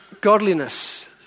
godliness